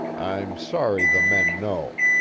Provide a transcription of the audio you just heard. i'm sorry the men know.